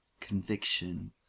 conviction